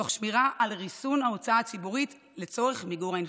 תוך שמירה על ריסון ההוצאה הציבורית לצורך מיגור האינפלציה.